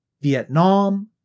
Vietnam